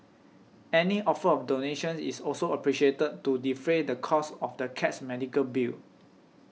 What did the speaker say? any offer of donations is also appreciated to defray the costs of the cat's medical bill